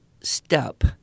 step